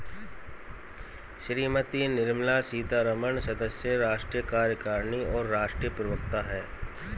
श्रीमती निर्मला सीतारमण सदस्य, राष्ट्रीय कार्यकारिणी और राष्ट्रीय प्रवक्ता हैं